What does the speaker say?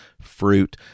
fruit